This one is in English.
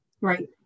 right